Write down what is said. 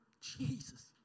Jesus